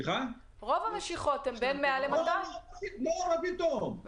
לא, מה פתאום, ממש לא.